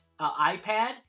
iPad